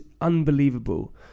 unbelievable